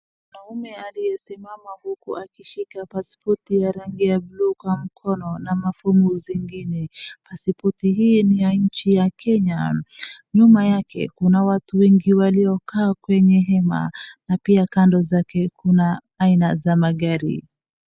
Mwanaume aliye simama huku akishika pasipoti ya rangi ya buluu kwa mkono na mafomu zingine, pasipoti hii ni ya nchi ya Kenya, nyuma yake kuna watu wengi waliokaa kwenye hema, na pia kando zake kuna aina za magari.